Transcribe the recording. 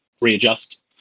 readjust